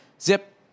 Zip